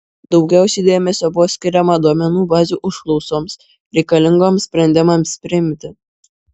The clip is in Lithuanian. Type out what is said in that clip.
daugiausiai dėmesio buvo skiriama duomenų bazių užklausoms reikalingoms sprendimams priimti